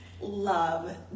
love